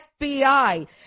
FBI